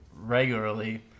regularly